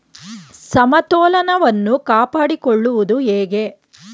ಸಮತೋಲನವನ್ನು ಕಾಪಾಡಿಕೊಳ್ಳುವುದು ಹೇಗೆ?